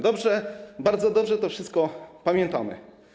Dobrze, bardzo dobrze to wszystko pamiętamy.